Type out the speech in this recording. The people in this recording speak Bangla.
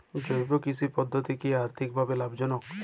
জৈব কৃষি পদ্ধতি কি অর্থনৈতিকভাবে লাভজনক?